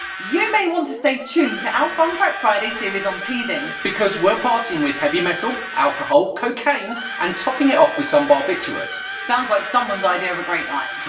you may want to stay tuned to our fun fact friday series on teething. because we're partying with heavy metal, alcohol, cocaine and topping it off with some barbiturates. sounds like someones idea of a great night!